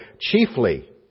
chiefly